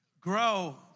Grow